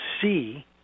see